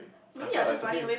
I felt like something